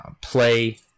play